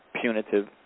punitive